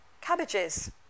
Cabbages